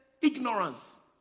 Ignorance